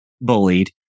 bullied